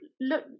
look